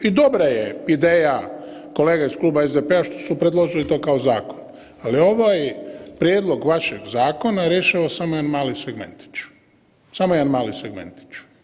I dobra je ideja kolega iz Kluba SDP-a što su predložili to kao zakon, ali ovaj prijedlog vašeg zakona rješava samo jedan mali segmentić, samo jedan mali segmentić.